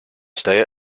stay